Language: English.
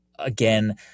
Again